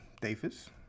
Davis